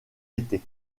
été